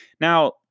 Now